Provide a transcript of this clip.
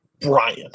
Brian